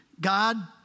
God